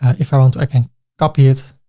if i want i can copy it,